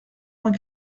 vingt